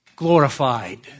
glorified